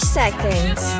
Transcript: seconds